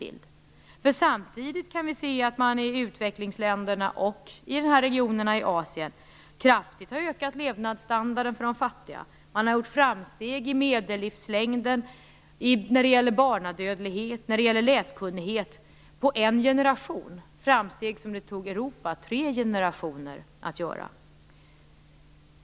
Vi kan samtidigt se att man i utvecklingsländerna och i de här regionerna i Asien kraftigt har ökat levnadsstandarden för de fattiga. Man har gjort framsteg när det gäller medellivslängd, barnadödlighet och läskunnighet, framsteg som det tog Europa tre generationer att göra.